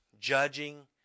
judging